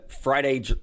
Friday